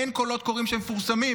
אין קולות קוראים שמפורסמים,